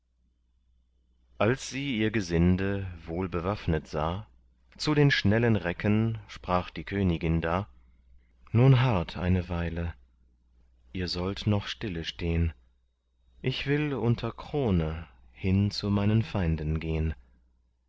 als sie ihr gesinde wohlbewaffnet sah zu den schnellen recken sprach die königin da nun harrt eine weile ihr sollt noch stille stehn ich will unter krone hin zu meinen feinden gehn